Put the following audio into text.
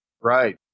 Right